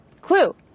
clue